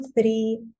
three